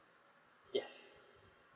yes